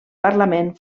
parlament